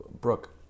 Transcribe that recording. Brooke